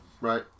Right